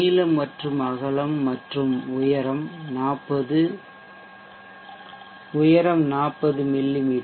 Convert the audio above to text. நீளம் மற்றும் அகலம் மற்றும் உயரம் 40 மிமீ